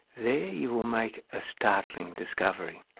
there you will make a startling discovery.